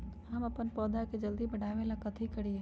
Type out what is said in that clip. हम अपन पौधा के जल्दी बाढ़आवेला कथि करिए?